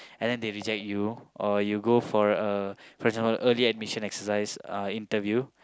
and then they reject you or you go for a for example early admission exercise uh interview